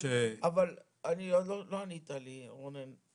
אבל לא ענית לי, רונן.